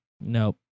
nope